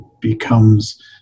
becomes